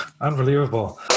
Unbelievable